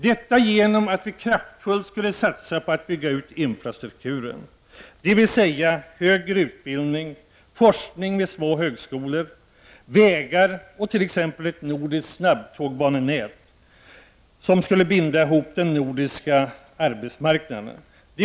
Detta skulle ske genom att vi i centerpartiet kraftfullt skulle satsa på att bygga ut infrastrukturen, dvs. högre utbildning — forskning vid små högskolor — vägar och t.ex. ett nordiskt snabbtågbanenät som skulle binda ihop de nordiska arbetsmarknaderna.